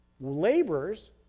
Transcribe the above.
laborers